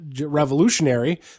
revolutionary